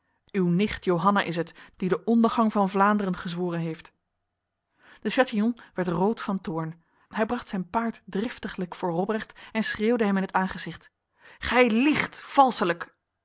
uw nicht johanna is het die de ondergang van vlaanderen gezworen heeft de chatillon werd rood van toorn hij bracht zijn paard driftiglijk voor robrecht en schreeuwde hem in het aangezicht gij liegt